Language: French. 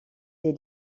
des